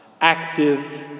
active